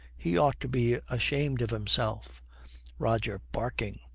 he ought to be ashamed of himself roger, barking,